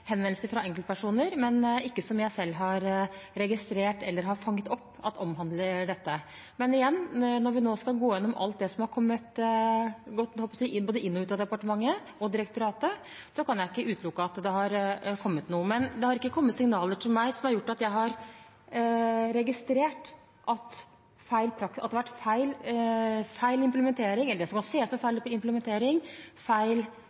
henvendelser fra enkeltpersoner, men ikke som jeg selv har registrert eller har fanget opp at omhandler dette. Men igjen: Når vi nå skal gå igjennom alt det som har gått både inn og ut av departementet og direktoratet, kan jeg ikke utelukke at det har kommet noe. Men det har ikke kommet signaler til meg som har gjort at jeg har registrert at det har vært det som må sies å være feil implementering, feil tolkning og feil praktisering i nær sagt i hele forvaltningen og også domstolene. Det